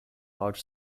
large